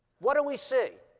what do we see?